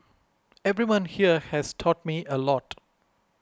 everyone here has taught me a lot